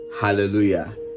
Hallelujah